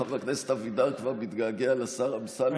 שחבר הכנסת אבידר כבר מתגעגע לשר אמסלם.